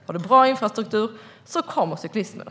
Har du bra infrastruktur kommer cyklisterna.